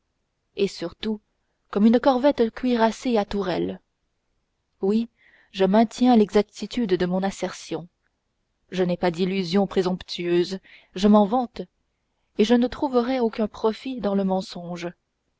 et surtout comme une corvette cuirassée à tourelles oui je maintiens l'exactitude de mon assertion je n'ai pas d'illusion présomptueuse je m'en vante et je ne trouverais aucun profit dans le mensonge